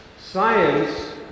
science